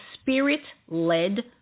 spirit-led